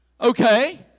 Okay